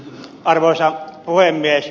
arvoisa puhemies